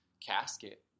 casket